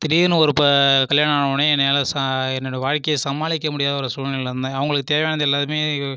திடீர்ன்னு ஒரு இப்போ கல்யாண ஆனவொடனே என்னால் என்னோடய வாழக்கையை சமாளிக்க முடியாத ஒரு சூழ்நிலையில் இருந்தேன் அவங்களுக்கு தேவையானது எல்லாமே